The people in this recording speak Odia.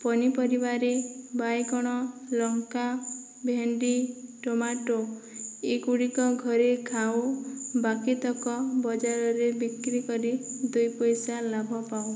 ପନିପରିବାରେ ବାଇଗଣ ଲଙ୍କା ଭେଣ୍ଡି ଟମାଟୋ ଏଗୁଡ଼ିକ ଘରେ ଖାଉ ବାକିତକ ବଜାରରେ ବିକ୍ରି କରି ଦୁଇପଇସା ଲାଭ ପାଉ